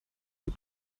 die